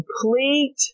complete